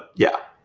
yeah.